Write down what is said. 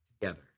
together